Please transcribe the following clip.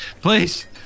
Please